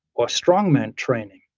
or strong man training.